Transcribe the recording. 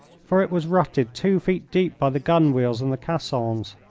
for it was rutted two feet deep by the gun-wheels and the caissons.